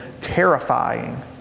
terrifying